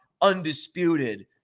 undisputed